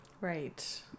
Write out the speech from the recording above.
right